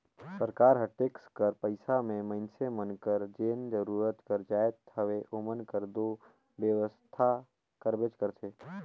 सरकार हर टेक्स कर पइसा में मइनसे मन कर जेन जरूरत कर जाएत हवे ओमन कर दो बेवसथा करबेच करथे